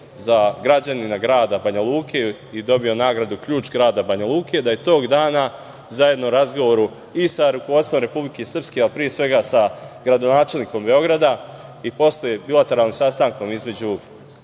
za građanina grada Banja Luke i dobio nagradu "Ključ grada Banja Luke", da je tog dana zajedno razgovoru i sa rukovodstvom Republike Srpske, a pre svega sa gradonačelnikom Beograda, i posle, bilateralnim sastankom između